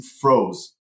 froze